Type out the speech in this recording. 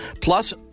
Plus